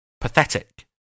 Pathetic